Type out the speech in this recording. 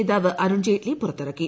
നേതാവ് അരുൺ ജയ്റ്റ്ലി പുറത്തിറക്കി